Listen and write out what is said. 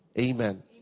Amen